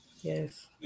Yes